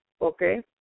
okay